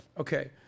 Okay